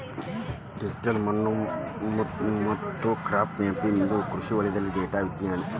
digital ಮಣ್ಣು ಮತ್ತು crop mapping ಇದು ಒಂದು ಕೃಷಿ ವಲಯದಲ್ಲಿ ಡೇಟಾ ವಿಜ್ಞಾನ